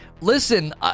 Listen